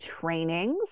trainings